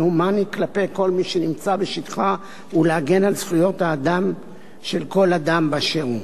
הומני כלפי כל מי שנמצא בשטחה ולהגן על זכויות האדם של אדם באשר הוא.